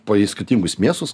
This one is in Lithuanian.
pa į skirtingus miestus